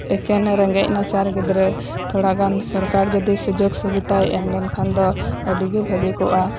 ᱮᱠᱮᱱ ᱨᱮᱸᱜᱮᱡ ᱱᱟᱪᱟᱨ ᱜᱤᱫᱽᱨᱟᱹ ᱛᱷᱚᱲᱟᱜᱟᱱ ᱥᱚᱨᱠᱟᱨ ᱡᱚᱫᱤ ᱥᱩᱡᱚᱜ ᱥᱩᱵᱤᱫᱷᱟᱭ ᱮᱢᱞᱮᱱ ᱠᱷᱟᱱ ᱫᱚ ᱟᱹᱰᱤᱜᱤ ᱵᱷᱟᱹᱜᱤ ᱠᱚᱜᱼᱟ